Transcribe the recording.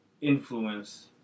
influence